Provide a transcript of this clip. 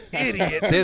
idiot